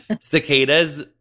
cicadas